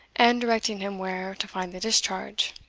and directing him where, to find the discharge.